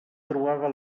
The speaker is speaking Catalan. trobava